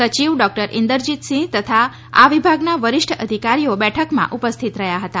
સચિવ ડોક્ટર ઈન્દરજીતસિંહે તથા આ વિભાગના વરિષ્ઠ અધિકારીઓ બેઠકમાં ઉપસ્થિત રહ્યા હતા